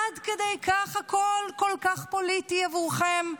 עד כדי כך הכול כל כך פוליטי עבורכם?